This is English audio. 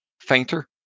fainter